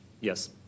Yes